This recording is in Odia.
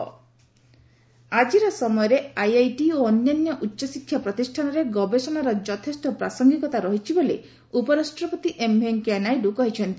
ଉପରାଷ୍ଟ୍ରପତି ଗବେଷଣା ଆଜିର ସମୟରେ ଆଇଆଇଟି ଓ ଅନ୍ୟାନ୍ୟ ଉଚ୍ଚଶିକ୍ଷା ପ୍ରତିଷ୍ଠାନରେ ଗବେଷଣାର ଯଥେଷ୍ଟ ପ୍ରାସଙ୍ଗିକତା ରହିଛି ବୋଲି ଉପରାଷ୍ଟ୍ରପତି ଏମ୍ ଭେଙ୍କାୟାନାଇଡୁ କହିଛନ୍ତି